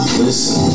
listen